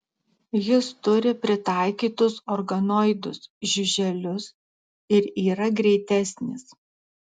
jis turi pritaikytus organoidus žiuželius ir yra greitesnis